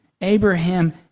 Abraham